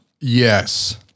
Yes